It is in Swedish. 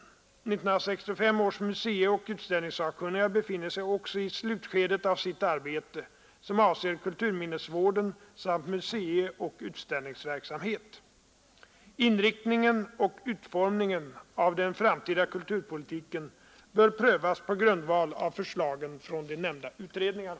1965 års museioch utställningssakkunniga befinner sig också i slutskedet av sitt arbete, som avser kulturminnesvården samt museioch utställningsverksamhet. Inriktningen och utformningen av den framtida kulturpolitiken bör prövas på grundval av förslagen från de nämnda utredningarna.